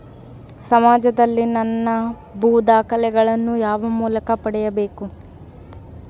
ಸಮಾಜದಲ್ಲಿ ನನ್ನ ಭೂ ದಾಖಲೆಗಳನ್ನು ಯಾವ ಮೂಲಕ ಪಡೆಯಬೇಕು?